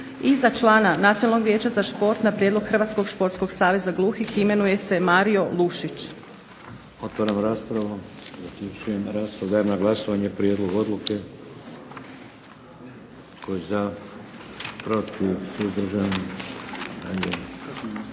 i za člana Nacionalnog vijeća za šport na prijedlog Hrvatskog športskog saveza gluhih imenuje se Mario Lušić. **Šeks, Vladimir (HDZ)** Otvaram raspravu. Zaključujem raspravu. Dajem na glasovanje prijedlog odluke. Tko je za? Protiv? Suzdržan?